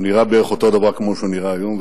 הוא נראה בערך אותו דבר כמו שהוא נראה היום,